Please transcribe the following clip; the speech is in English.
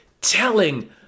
telling